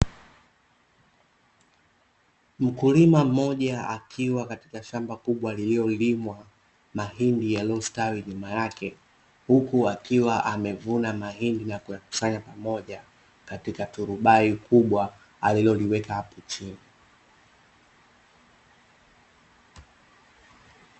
Mkulima mmoja akiwa katika shamba kubwa lililolimwa mahindi yaliyostawi nyuma yake, huku akiwa amevuna mahindi na kuyakusanya pamoja katika turubai kubwa aliloliweka hapo chini.